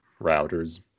routers